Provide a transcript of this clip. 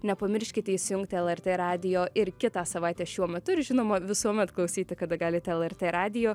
nepamirškite įsijungti lrt radijo ir kitą savaitę šiuo metu ir žinoma visuomet klausyti kada galite lrt radijo